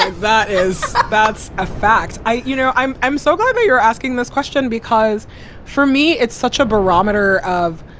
and that is that's a fact. i you know, i'm i'm so glad you're asking this question, because for me, it's such a barometer of,